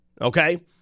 okay